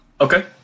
Okay